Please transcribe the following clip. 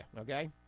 okay